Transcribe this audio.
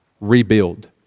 Rebuild